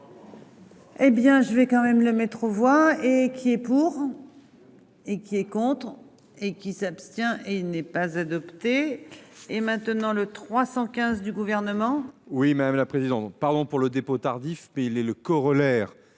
Eh bien je vais quand même le métro voix et qui est pour. Et qui est contre et qui s'abstient et il n'est pas adopté et maintenant le 315 du gouvernement. Oui madame la présidente, pardon pour le dépôt tardif mais il est le corollaire.